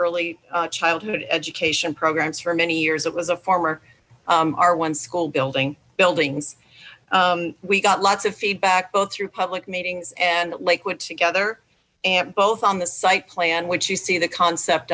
early childhood education programs for many years it was a former our one school building buildings we got lots of feedback both through public meetings and lakewood together and both on the site plan which you see the concept